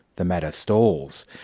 the matter stalls.